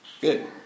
good